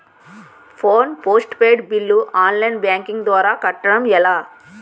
Phone postpaid bill online banking ద్వారా కట్టడం ఎలా?